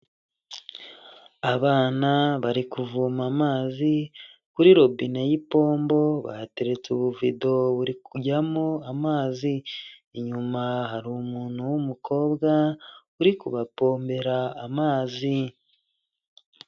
Abana bari kuvoma amazi kuri robine y'ipombo bahateretse ubuvido buri kujyamo amazi, inyuma hari umuntu w'umukobwa uri kubapombera amazi.